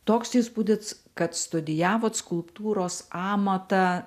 toks įspūdis kad studijavot skulptūros amatą